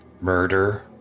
murder